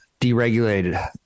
deregulated